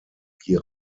wie